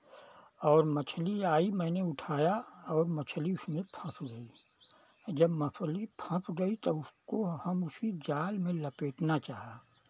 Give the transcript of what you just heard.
और मछली आयी मैंने उठाया और मछली उसमें फंस गयी जब मछली फंस गयी तब उसको हम उसी जाल में लपेटना चाहा